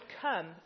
come